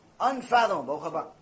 unfathomable